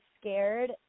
scared